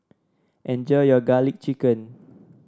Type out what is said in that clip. enjoy your garlic chicken